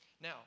Now